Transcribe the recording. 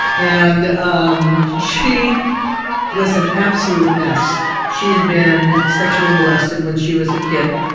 and um she was an absolute mess she had been sexually molested when she was a kid,